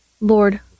Lord